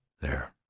There